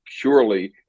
purely